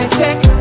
take